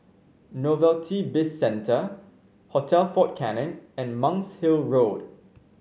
Novelty Bizcentre Hotel Fort Canning and Monk's Hill Road